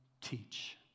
teach